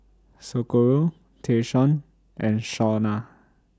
Socorro Tayshaun and Shawna